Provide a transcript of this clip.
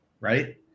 right